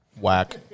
Whack